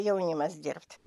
jaunimas dirbti